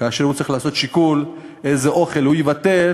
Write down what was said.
כאשר הוא צריך לעשות שיקול על איזה אוכל הוא יוותר,